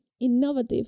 innovative